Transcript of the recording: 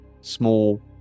small